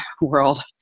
world